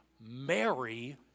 Mary